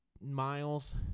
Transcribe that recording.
miles